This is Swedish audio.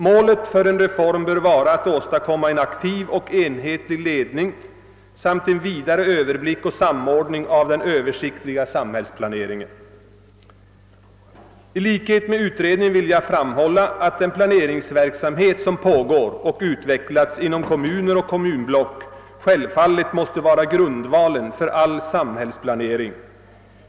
Målet för en reform bör vara att åstadkomma en aktiv och enhetlig ledning samt en vidare överblick och bättre samordning av den översiktliga samhällsplaneringen. I likhet med utredningen vill jag framhålla att den planeringsverksamhet som pågår och utvecklats inom kommuner och kommunblock självfallet måste vara grundvalen för all samhällsplanering.